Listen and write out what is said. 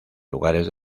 lugares